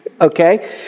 Okay